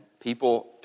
people